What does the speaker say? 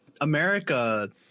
America